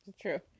True